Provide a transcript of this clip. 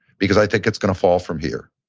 because i think it's gonna fall from here.